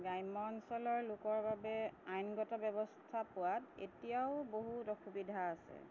গ্ৰাম্য অঞ্চলৰ লোকৰ বাবে আইনগত ব্যৱস্থা পোৱাত এতিয়াও বহুত অসুবিধা আছে